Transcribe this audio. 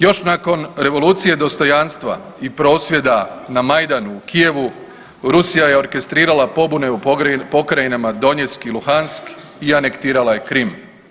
Još nakon revolucije dostojanstva i prosvjeda na Majdanu u Kijevu Rusija je orkestrirala pobune u pokrajinama Donjeck i Luhansk i anektirala je Krim.